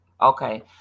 okay